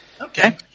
Okay